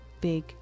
big